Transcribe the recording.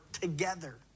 together